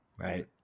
Right